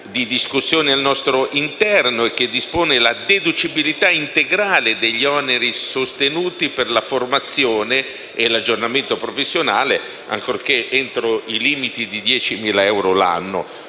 di discussioni al nostro interno: si dispone la deducibilità integrale degli oneri sostenuti per la formazione e l’aggiornamento professionale ancorché entro il limite di 10.000 euro l’anno,